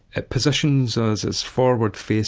it positions as as forward-facing